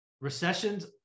recessions